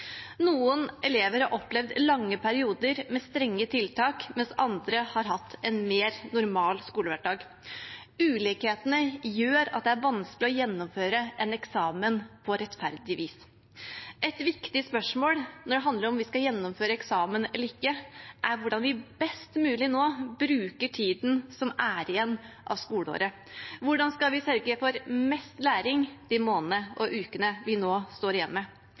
Noen elever har opplevd lange perioder med strenge tiltak, mens andre har hatt en mer normal skolehverdag. Ulikhetene gjør at det er vanskelig å gjennomføre en eksamen på rettferdig vis. Et viktig spørsmål når det handler om hvorvidt vi skal gjennomføre eksamen eller ikke, er hvordan vi best mulig nå bruker tiden som er igjen av skoleåret. Hvordan skal vi sørge for mest læring i månedene og ukene vi nå står igjen med?